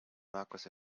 markus